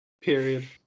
Period